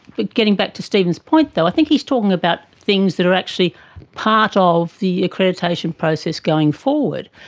but getting back to stephen's point though, i think he is talking about things that are actually part of the accreditation process going forward.